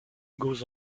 goes